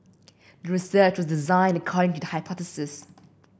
the research was designed according to the hypothesis